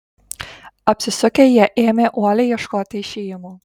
apsisukę jie ėmė uoliai ieškoti išėjimo